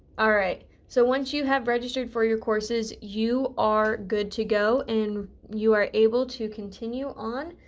alright so once you have registered for your courses you are good to go and you are able to continue on